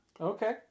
Okay